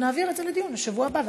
נעביר לדיון בשבוע הבא,